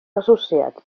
associats